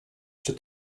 czy